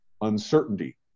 uncertainty